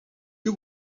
you